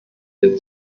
der